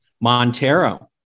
Montero